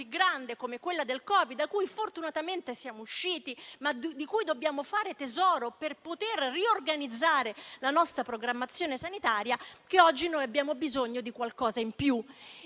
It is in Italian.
grande come quella del Covid, da cui fortunatamente siamo usciti, ma di cui dobbiamo fare tesoro per poter riorganizzare la nostra programmazione sanitaria. Il 24 gennaio del prossimo anno si